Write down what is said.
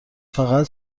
فقط